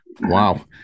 Wow